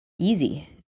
easy